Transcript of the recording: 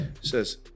says